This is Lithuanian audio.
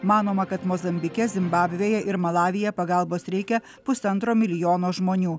manoma kad mozambike zimbabvėje ir malavyje pagalbos reikia pusantro milijono žmonių